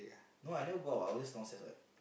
no I never go out what I was just downstairs what